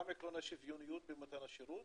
גם עיקרון השוויוניות במתן השירות